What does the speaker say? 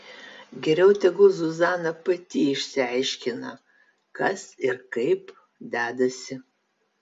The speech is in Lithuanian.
geriau tegul zuzana pati išsiaiškina kas ir kaip dedasi